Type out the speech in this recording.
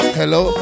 hello